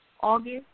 August